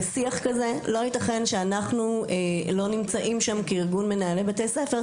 לא ייתכן שאנחנו לא נמצאים בשיח כזה,